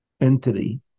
entity